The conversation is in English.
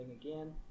again